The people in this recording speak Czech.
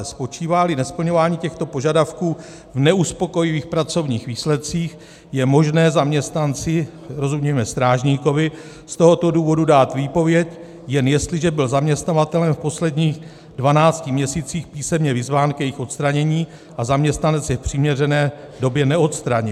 Spočíváli nesplňování těchto požadavků v neuspokojivých pracovních výsledcích, je možné zaměstnanci, rozumějme strážníkovi, z tohoto důvodu dát výpověď, jen jestliže byl zaměstnavatelem v posledních 12 měsících písemně vyzván k jejich odstranění a zaměstnanec je v přiměřené době neodstranil;